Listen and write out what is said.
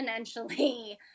exponentially